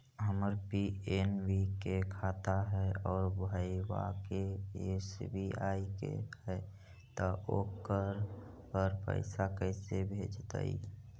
हमर पी.एन.बी के खाता है और भईवा के एस.बी.आई के है त ओकर पर पैसबा कैसे जइतै?